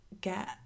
get